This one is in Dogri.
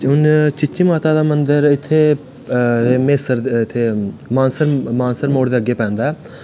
हून चीची माता दा मन्दर इत्थै इत्थेै मानसर मोड़ दे अग्गै पैंदा ऐ